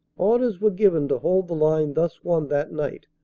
orders were given to hold the line thus won that night,